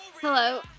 Hello